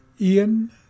Ian